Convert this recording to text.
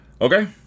okay